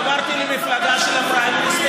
ועברתי למפלגה שיש בה פריימריז,